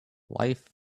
life